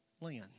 land